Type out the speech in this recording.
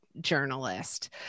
journalist